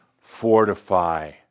fortify